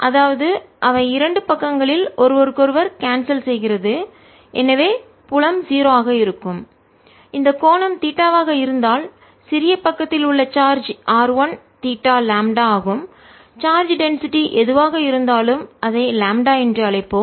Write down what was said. அதாவது அவை இரண்டு பக்கங்களில் ஒருவருக்கொருவர் கான்செல் செய்கிறது எனவே புலம் 0 ஆக இருக்கும் r2θλr2n r1θλr1n 0If n1 ⟹ E∝1r இந்த கோணம் தீட்டாவாக இருந்தால் சிறிய பக்கத்தில் உள்ள சார்ஜ் r 1 தீட்டா லாம்ப்டா ஆகும் சார்ஜ் டென்சிட்டி எதுவாக இருந்தாலும் அதை லாம்ப்டா என்று அழைப்போம்